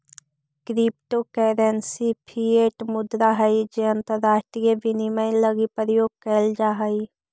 crypto currency fiat मुद्रा हइ जे अंतरराष्ट्रीय विनिमय लगी प्रयोग कैल जा हइ